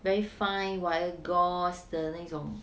very fine wire gauze 的那种